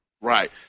Right